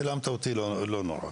צילמת אותי לא נורא.